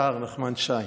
השר נחמן שי,